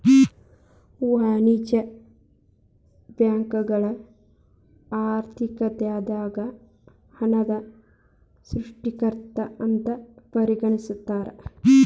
ವಾಣಿಜ್ಯ ಬ್ಯಾಂಕುಗಳನ್ನ ಆರ್ಥಿಕತೆದಾಗ ಹಣದ ಸೃಷ್ಟಿಕರ್ತ ಅಂತ ಪರಿಗಣಿಸ್ತಾರ